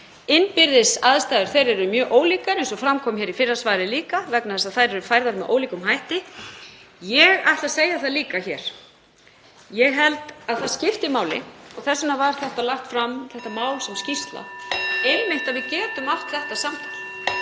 Innbyrðis aðstæður þeirra eru mjög ólíkar, eins og fram kom í fyrra svari líka, vegna þess að þær eru færðar með ólíkum hætti. Ég ætla að segja það líka hér að ég held að það skipti máli, og þess vegna var þetta mál lagt fram sem skýrsla, að við getum einmitt átt þetta samtal